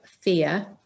fear